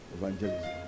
evangelism